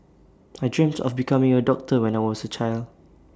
I dreamt of becoming A doctor when I was A child